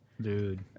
Dude